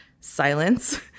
silence